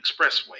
expressway